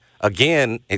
Again